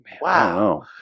Wow